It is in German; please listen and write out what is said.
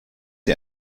sie